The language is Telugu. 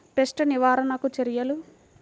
పెస్ట్ నివారణకు చర్యలు?